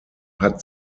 hat